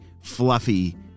fluffy